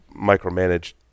micromanage